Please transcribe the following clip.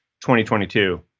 2022